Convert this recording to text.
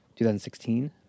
2016